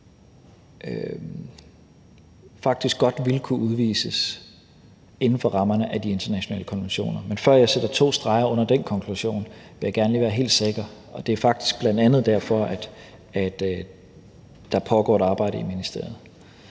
faktisk godt ville kunne udvises inden for rammerne af de internationale konventioner. Men før jeg sætter to streger under den konklusion, vil jeg gerne lige være helt sikker, og det er faktisk bl.a. derfor, at der pågår et arbejde i ministeriet.